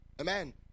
Amen